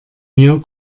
mir